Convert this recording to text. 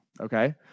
okay